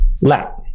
let